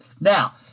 Now